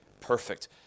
perfect